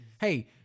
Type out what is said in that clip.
Hey